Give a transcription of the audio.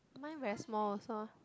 mine very small also